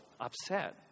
upset